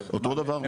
אותו דבר.